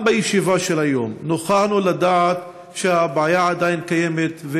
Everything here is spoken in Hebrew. גם בישיבה של היום נוכחנו לדעת שהבעיה עדיין קיימת.